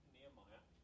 Nehemiah